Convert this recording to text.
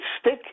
stick